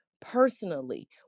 personally